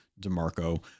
demarco